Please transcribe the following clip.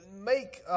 make